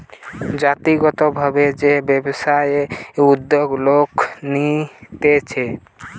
জাতিগত ভাবে যে ব্যবসায়ের উদ্যোগ লোক নিতেছে